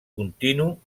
continu